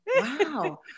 Wow